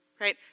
right